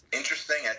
interesting